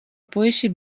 puiši